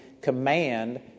command